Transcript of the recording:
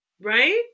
Right